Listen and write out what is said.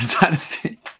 Dynasty